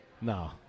No